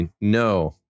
No